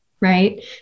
Right